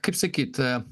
kaip sakyt